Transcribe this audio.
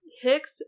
Hicks